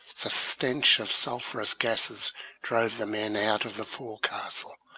the stench of sulphureous gases drove the men out of the forecastle,